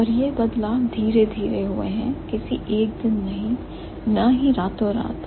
और यह बदलाव धीरे धीरे हुए हैं किसी एक दिन नहीं न ही रातों रात